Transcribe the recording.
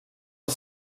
els